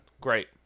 Great